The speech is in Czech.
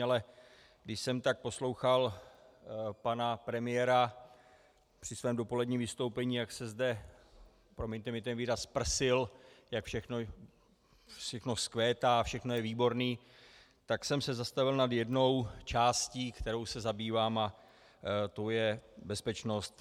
Ale když jsem tak poslouchal pana premiéra při jeho dopoledním vystoupení, jak se zde promiňte mi ten výraz prsil, jak všechno vzkvétá a všechno je výborné, tak jsem se zastavil nad jednou částí, kterou se zabývám, a tou je bezpečnost.